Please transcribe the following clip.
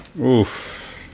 Oof